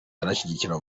aranshyigikira